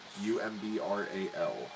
U-M-B-R-A-L